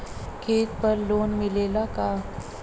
खेत पर लोन मिलेला का?